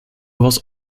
was